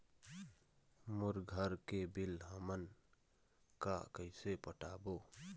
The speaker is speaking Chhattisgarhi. मोर घर के बिल हमन का कइसे पटाबो?